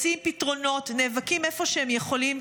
מציעים פתרונות ונאבקים איפה שהם יכולים,